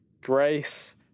grace